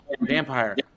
vampire